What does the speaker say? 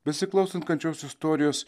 besiklausant kančios istorijos